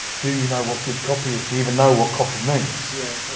do you know what good copy is? do you even know what copy means? yeah,